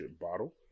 bottle